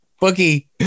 Bookie